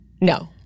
No